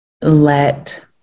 let